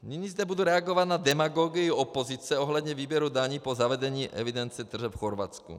Nyní zde budu reagovat na demagogii opozice ohledně výběru daní po zavedení evidence tržeb v Chorvatsku.